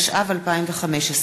התשע"ו 2015,